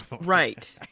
Right